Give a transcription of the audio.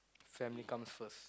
family comes first